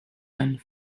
and